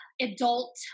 adult